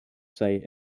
site